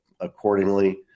accordingly